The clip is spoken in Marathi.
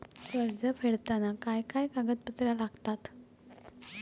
कर्ज फेडताना काय काय कागदपत्रा लागतात?